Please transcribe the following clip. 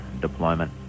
deployment